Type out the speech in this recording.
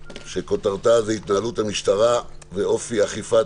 שכותרתה: התנהלות המשטרה ואופי אכיפת